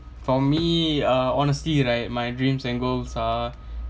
for me uh honestly right my dreams and goals are